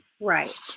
right